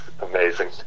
amazing